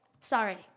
Sorry